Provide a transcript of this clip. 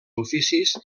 oficis